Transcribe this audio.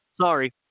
sorry